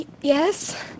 Yes